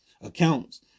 accounts